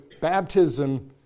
baptism